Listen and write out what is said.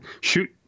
shoot